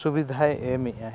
ᱥᱩᱵᱤᱫᱷᱟᱭ ᱮᱢᱮᱜᱼᱟ